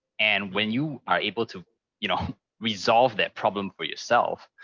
and when you are able to you know resolve that problem for yourself,